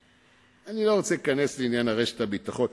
אני לא רוצה להיכנס לעניין רשת הביטחון.